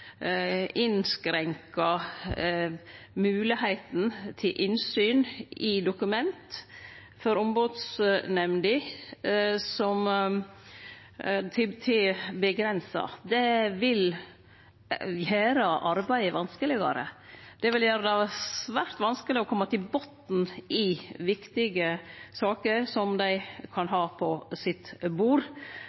til innsyn i dokument for Ombodsnemnda, til å vere avgrensa. Det vil gjere arbeidet vanskelegare. Det vil gjere det svært vanskeleg å komme til botns i viktige saker som dei kan ha på sitt bord.